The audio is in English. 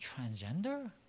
transgender